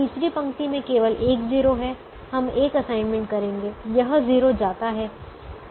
तीसरी पंक्ति में केवल एक 0 है हम एक असाइनमेंट करेंगे यह 0 जाता है